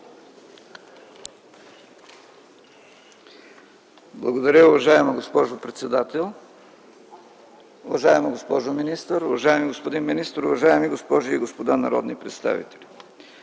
Благодаря, уважаема госпожо председател! Уважаема госпожо министър, уважаеми господин министър, уважаеми госпожи и господа народни представители!